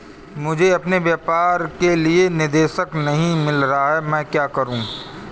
मुझे अपने व्यापार के लिए निदेशक नहीं मिल रहा है मैं क्या करूं?